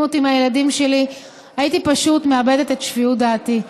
אותי מהילדים שלי הייתי פשוט מאבדת את שפיות דעתי.